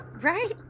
right